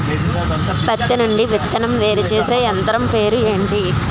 పత్తి నుండి విత్తనం వేరుచేసే యంత్రం పేరు ఏంటి